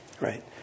right